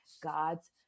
God's